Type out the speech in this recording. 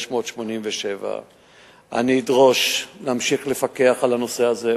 4,587. אני אדרוש להמשיך לפקח על הנושא הזה.